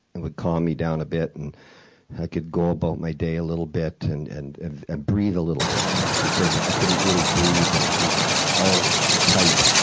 it would calm me down a bit and i could go about my day a little bit and and ah breathe a little bit, because i couldn't really breathe and i'd be all tight.